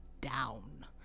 down